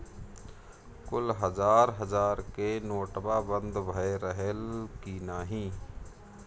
कुल हजार हजार के नोट्वा बंद भए रहल की नाही